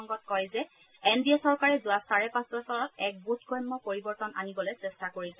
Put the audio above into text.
মন্ত্ৰীগৰাকীয়ে কয় যে এন ডি এ চৰকাৰে যোৱা চাৰে পাঁচ বছৰত এক বোধগম্য পৰিৱৰ্তন আনিবলৈ চেষ্টা কৰিছে